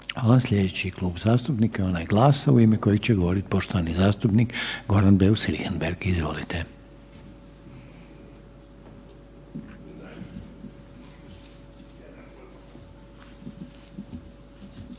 Slijedeći je Klub zastupnika onaj GLAS-a u ime kojeg će govori poštovani zastupnik Goran Beus Richembergh. Izvolite.